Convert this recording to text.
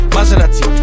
Maserati